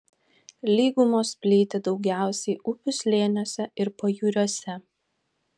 lygumos plyti daugiausiai upių slėniuose ir pajūriuose